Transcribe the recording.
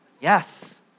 Yes